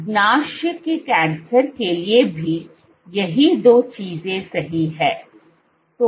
अग्नाशय के कैंसर के लिए भी यही दो चीजें सही हैं